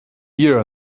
here